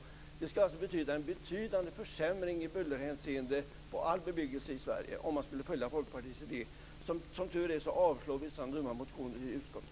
Det skulle alltså innebära en betydande försämring i bullerhänseende på all bebyggelse i Sverige om man skulle följa Folkpartiets idé. Som tur är avslår vi sådana dumma motioner i utskottet.